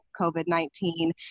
COVID-19